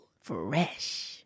Fresh